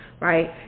right